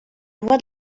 doigts